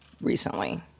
recently